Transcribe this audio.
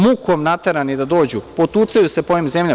Mukom naterani da dođu, potucaju se po ovim zemljama.